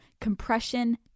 compression